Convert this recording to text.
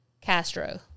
castro